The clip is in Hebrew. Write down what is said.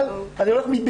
אבל אני לא הולך מבחירה.